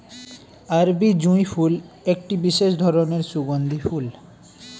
আরবি জুঁই ফুল একটি বিশেষ ধরনের সুগন্ধি ফুল